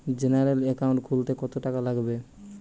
General account খুলতে কত টাকা লাগবে?